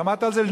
שמעת על זה?